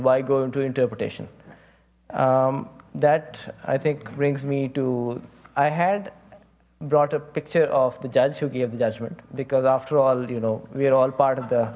why go into interpretation that i think brings me to i had brought a picture of the judge who gave the judgment because after all you know we are all part of the